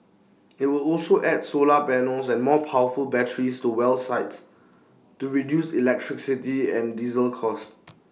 IT would also add solar panels and more powerful batteries to well sites to reduce electricity and diesel costs